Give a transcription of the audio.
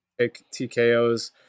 TKOs